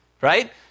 right